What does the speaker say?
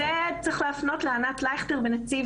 את זה צריך להפנות לענת לייכטר ונציב